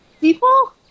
People